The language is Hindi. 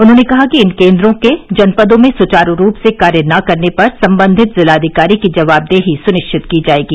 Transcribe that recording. उन्होंने कहा कि इन केन्द्रों के जनपदों में सुचारू रूप से कार्य न करने पर सम्बन्धित जिलाधिकारी की जवाबदेही सुनिश्चित की जायेगी